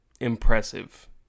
impressive